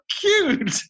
cute